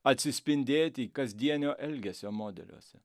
atsispindėti kasdienio elgesio modeliuose